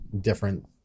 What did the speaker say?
different